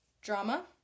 Drama